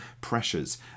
pressures